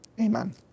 amen